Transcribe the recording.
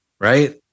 right